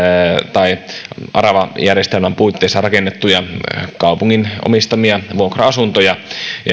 tai aravajärjestelmän puitteissa rakennettuja kaupungin omistamia vuokra asuntoja